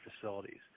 facilities